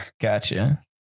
Gotcha